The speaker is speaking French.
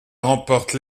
remporte